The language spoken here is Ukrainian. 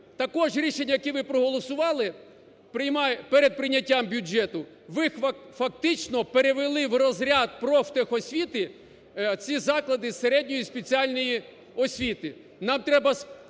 Також рішення, які ви проголосували перед прийняттям бюджет, ви фактично перевели в розряд профтехосвіти ці заклади середньо спеціальної освіти.